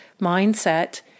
mindset